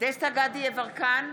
דסטה גדי יברקן,